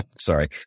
Sorry